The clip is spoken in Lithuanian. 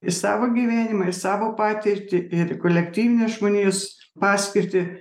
į savo gyvenimą į savo patirtį ir į kolektyvinę žmonijos paskirtį